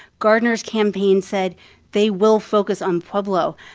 gardner's campaign said they will focus on pueblo.